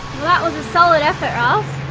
was a solid effort, riles.